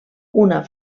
una